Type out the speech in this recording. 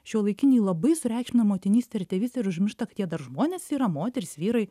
šiuolaikiniai labai sureikšmina motinystę ir tėvystę ir užmiršta kad jie žmonės yra moterys vyrai